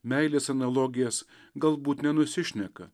meilės analogijas galbūt nenusišneka